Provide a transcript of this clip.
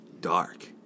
dark